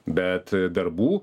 bet darbų